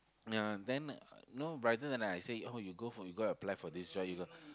ya then know brighter then I I say oh you go for you go apply for this job you go